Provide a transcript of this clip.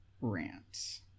rant